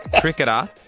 cricketer